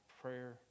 prayer